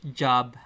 job